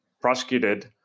prosecuted